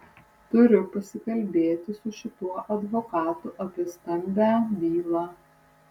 turiu pasikalbėti su šituo advokatu apie stambią bylą